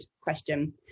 question